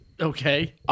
Okay